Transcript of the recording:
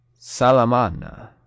Salamana